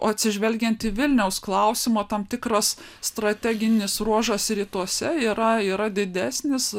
atsižvelgiant į vilniaus klausimą tam tikras strateginis ruožas rytuose yra yra didesnis